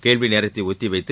கேள்வி நேரத்தை ஒத்தி வைத்து